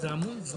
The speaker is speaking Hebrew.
מי נמנע?